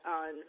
on